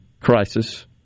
crisis